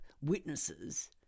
witnesses